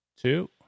two